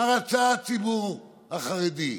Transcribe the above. מה רצה הציבור החרדי?